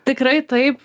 tikrai taip